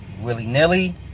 willy-nilly